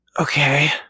Okay